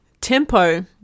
Tempo